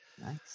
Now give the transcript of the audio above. nice